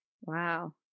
wow